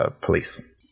police